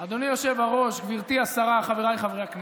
אדוני היושב-ראש, גברתי השרה, חבריי חברי הכנסת,